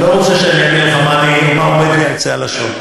אתה לא רוצה שאני אענה לך מה עומד לי על קצה הלשון,